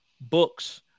books